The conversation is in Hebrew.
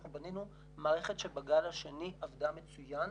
אנחנו בנינו מערכת שבגל השני עבדה מצוין.